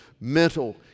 mental